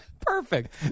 Perfect